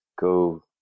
go